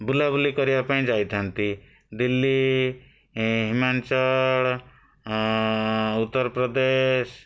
ବୁଲା ବୁଲି କରିବା ପାଇଁ ଯାଇଥାନ୍ତି ଦିଲ୍ଲୀ ହିମାଞ୍ଚଳ ଉତ୍ତରପ୍ରଦେଶ